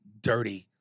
dirty